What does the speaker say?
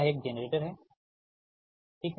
यह एक जेनरेटर है ठीक है